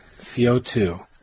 CO2